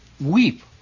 weep